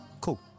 Cool